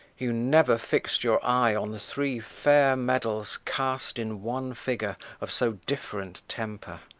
you never fix'd your eye on three fair medals cast in one figure, of so different temper.